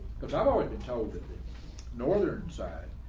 because i've already been told that this northern side,